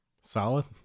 Solid